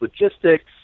Logistics